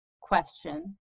question